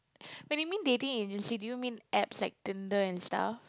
when you mean dating agency do you mean apps like Tinder and stuff